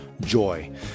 joy